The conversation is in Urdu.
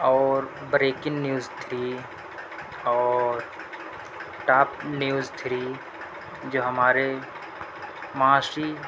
اور بریکنگ نیوز تھری اور ٹاپ نیوز تھری جو ہمارے معاشی